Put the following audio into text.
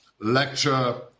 lecture